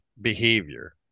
behavior